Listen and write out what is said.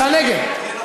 אתה נגד.